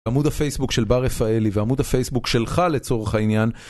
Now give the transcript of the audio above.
עמוד הפייסבוק של בר רפאלי ועמוד הפייסבוק שלך לצורך העניין..